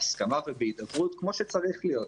בהסכמה ובהידברות כמו שצריך להיות.